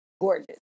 gorgeous